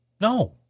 No